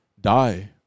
die